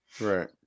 right